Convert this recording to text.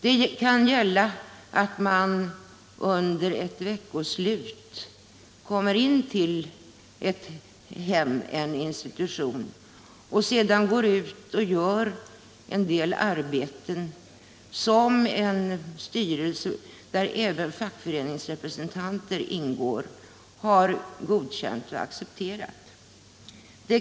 Det kan gälla att man under ett veckoslut kommer in till ett hem eller en institution och sedan går ut och gör en del arbeten som en styrelse, i vilken även fackföreningsrepresentanter ingår, har godkänt och accepterat.